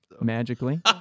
Magically